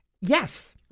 Yes